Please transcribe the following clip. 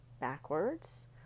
backwards